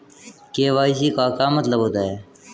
KYC का क्या मतलब होता है?